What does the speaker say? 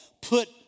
put